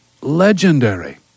legendary